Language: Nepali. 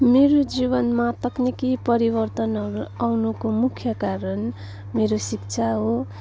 मेरो जीवनमा तकनिकी परिवर्तनहरू आउनुको मुख्य कारण मेरो शिक्षा हो